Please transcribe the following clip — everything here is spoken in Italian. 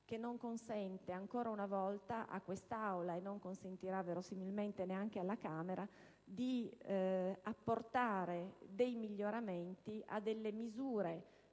che non consente, ancora una volta, a quest'Aula, e non consentirà, verosimilmente, neanche alla Camera di apportare dei miglioramenti a delle misure